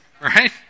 right